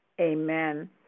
Amen